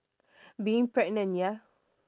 being pregnant ya